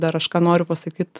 dar ką aš noriu pasakyt